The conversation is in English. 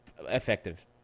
effective